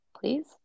please